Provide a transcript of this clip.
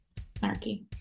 snarky